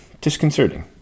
disconcerting